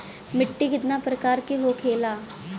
मिट्टी कितना प्रकार के होखेला?